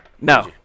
No